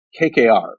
KKR